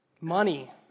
money